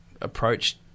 approached